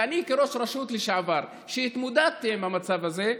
ואני כראש רשות לשעבר, שהתמודדתי עם המצב הזה,